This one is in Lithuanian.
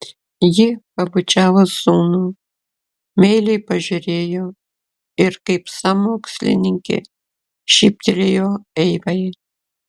ji pabučiavo sūnų meiliai pažiūrėjo ir kaip sąmokslininkė šyptelėjo eivai